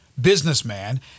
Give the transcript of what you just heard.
businessman